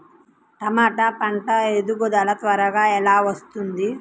టమాట పంట ఎదుగుదల త్వరగా ఎలా వస్తుంది?